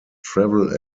travel